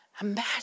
Imagine